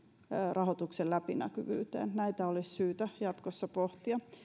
rahoituksen läpinäkyvyyteen näitä olisi syytä jatkossa pohtia